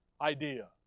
idea